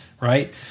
right